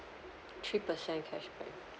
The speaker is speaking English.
three percent cashback